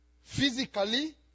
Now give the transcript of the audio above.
Physically